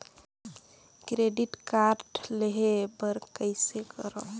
Credit card लेहे बर कइसे करव?